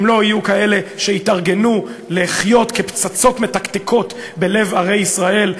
אם לא יהיו כאלה שיתארגנו לחיות כפצצות מתקתקות בלב ערי ישראל,